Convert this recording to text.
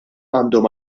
għandhom